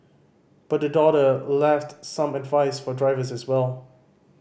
but the daughter left some advice for drivers as well